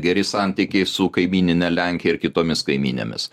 geri santykiai su kaimynine lenkija ir kitomis kaimynėmis